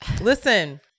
listen